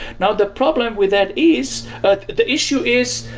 now, the problem with that is the issue is,